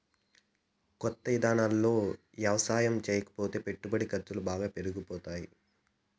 కొత్త ఇదానాల్లో యవసాయం చేయకపోతే పెట్టుబడి ఖర్సులు బాగా పెరిగిపోతాయ్